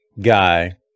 guy